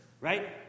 right